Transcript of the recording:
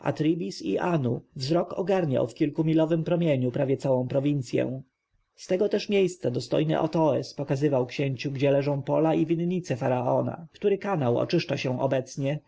athribis i anu wzrok ogarniał w kilkumilowym promieniu prawie całą prowincję z tego też miejsca dostojny otoes pokazywał księciu gdzie leżą pola i winnice faraona który kanał oczyszcza